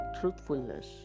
truthfulness